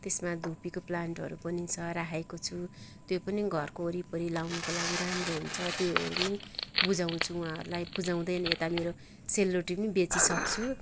त्यसमा धुपीको प्लान्टहरू पनि छ राखेको छु त्यो पनि घरको वरिपरि लाउनुको लागि राम्रो हुन्छ त्यो पनि बुझाउँछु उहाँहरूलाई बुझाउँदै पनि यता मेरो सेलरोटी पनि बेचिसक्छु